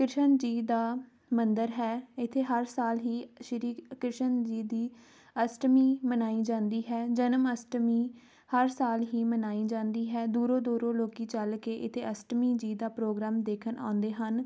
ਕ੍ਰਿਸ਼ਨ ਜੀ ਦਾ ਮੰਦਰ ਹੈ ਇੱਥੇ ਹਰ ਸਾਲ ਹੀ ਸ਼੍ਰੀ ਕ੍ਰਿਸ਼ਨ ਜੀ ਦੀ ਅਸ਼ਟਮੀ ਮਨਾਈ ਜਾਂਦੀ ਹੈ ਜਨਮ ਅਸ਼ਟਮੀ ਹਰ ਸਾਲ ਹੀ ਮਨਾਈ ਜਾਂਦੀ ਹੈ ਦੂਰੋਂ ਦੂਰੋਂ ਲੋਕ ਚੱਲ ਕੇ ਇੱਥੇ ਅਸ਼ਟਮੀ ਜੀ ਦਾ ਪ੍ਰੋਗਰਾਮ ਦੇਖਣ ਆਉਂਦੇ ਹਨ